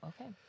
okay